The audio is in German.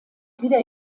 wieder